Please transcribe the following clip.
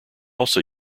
also